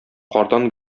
кардан